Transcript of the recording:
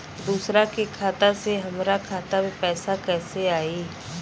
दूसरा के खाता से हमरा खाता में पैसा कैसे आई?